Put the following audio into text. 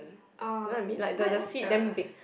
uh what what's the